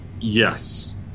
Yes